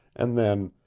and then,